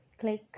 Click